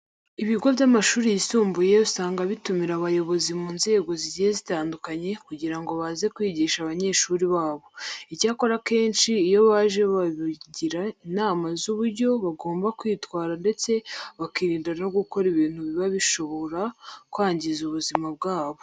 Ibigo by'amashuri yisumbuye usanga bitumira abayobozi mu nzego zigiye zitandukanye kugira ngo baze kwigisha abanyeshuri babo. Icyakora, akenshi iyo baje babagira inama z'uburyo bagomba kwitwara ndetse bakirinda no gukora ibintu biba bishobara kwangiza ubuzima bwabo.